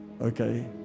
Okay